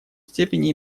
степени